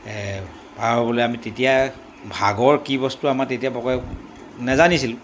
পাৰ হ'বলৈ আমি তেতিয়া ভাগৰ কি বস্তু আমাৰ তেতিয়া বৰকৈ নাজানিছিলোঁ